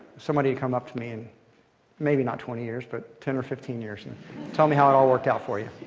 somebody to come up to me and maybe not twenty years, but ten or fifteen years and tell me how it all worked out for you.